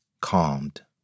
calmed